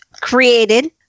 created